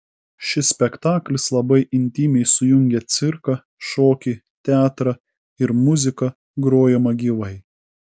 šis spektaklis labai intymiai sujungia cirką šokį teatrą ir muziką grojamą gyvai